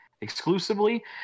exclusively